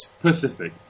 Pacific